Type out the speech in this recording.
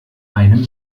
einem